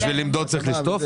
כדי למדוד צריך לשטוף?